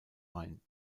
main